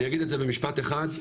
אני אגיד את זה במשפט אחד,